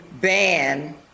ban